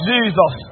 Jesus